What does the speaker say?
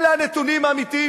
אלה הנתונים האמיתיים,